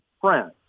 France